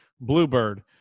Bluebird